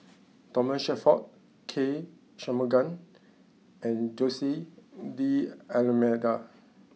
Thomas Shelford K Shanmugam and Jose D'almeida